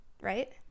right